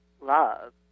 love